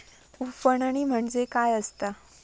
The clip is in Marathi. उफणणी म्हणजे काय असतां?